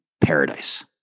paradise